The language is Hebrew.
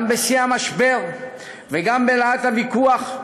גם בשיא המשבר וגם בלהט הוויכוח,